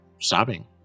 sobbing